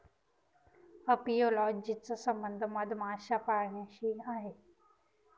apiology चा संबंध मधमाशा पाळण्याशी आहे